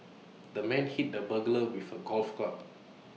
the man hit the burglar with A golf club